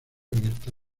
abierta